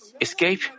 escape